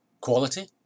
Quality